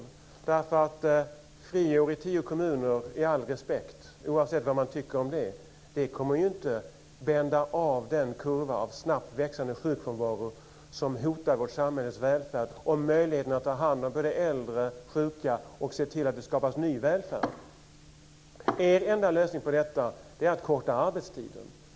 Med all respekt för tio frigjorda kommuner kommer de inte, oavsett vad man tycker om dem, att vända kurvan över den snabbt växande sjukfrånvaro som hotar vårt samhälles välfärd och möjligheterna att ta hand om både äldre och sjuka och se till att det skapas ny välfärd. Er enda lösning på detta är att förkorta arbetstiden.